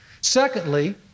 Secondly